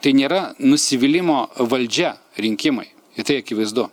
tai nėra nusivylimo valdžia rinkimai tai akivaizdu